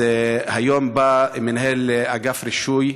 בא מנהל אגף הרישוי